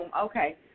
Okay